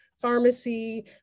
pharmacy